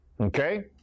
Okay